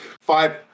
five